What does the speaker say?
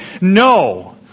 No